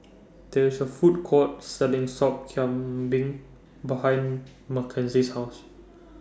There IS A Food Court Selling Sop Kambing behind Makenzie's House